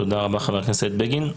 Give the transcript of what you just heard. תודה רבה חבר הכנסת בגין.